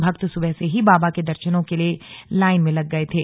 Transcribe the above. भक्त सुबह से ही बाबा के दर्शनों के लिये लाइन में लग गये थे